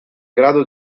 grado